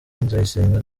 nzayisenga